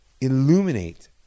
illuminate